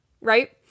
right